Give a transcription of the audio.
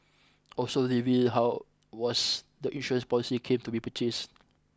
also revealed how was the insurance policies came to be purchased